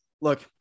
Look